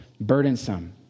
burdensome